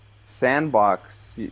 sandbox